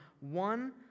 one